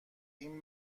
اینیک